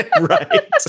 Right